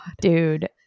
dude